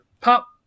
pop